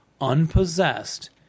unpossessed